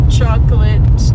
chocolate